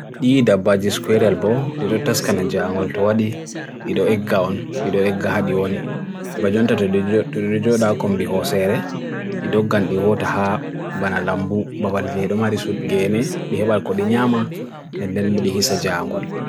ida bhaji square al bo, ida utas kana jaangol, ida ega on, ida ega hadi oni, bhajwanta ida jodakom bihose re, ida gandia hota ha banalambu, bhabali jeda marisut gene, ida bhaal kodi nyama, ida budi hisa jaangol.